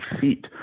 feet